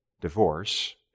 divorce